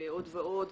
ועוד ועוד,